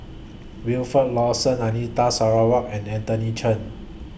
Wilfed Lawson Anita Sarawak and Anthony Chen